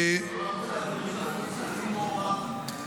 אדוני --- קצין מוערך,